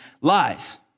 lies